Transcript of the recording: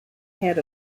head